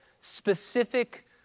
specific